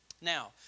Now